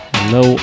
Hello